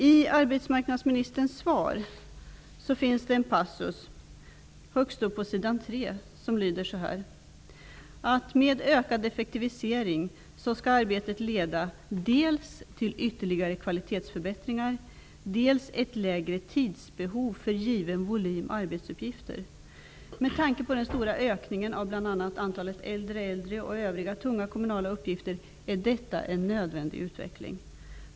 I arbetsmarknadsministerns svar finns en passus där det sägs att arbetet, genom ökad effektivisering, skall ''leda till dels ytterligare kvalitetsförbättringar, dels ett lägre tidsbehov för given volym arbetsuppgifter. Med tanke på den stora ökningen av bl.a. antalet äldre och av övriga tunga kommunala uppgifter är detta en nödvändig utveckling.''